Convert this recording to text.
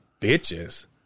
bitches